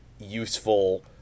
useful